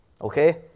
Okay